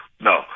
no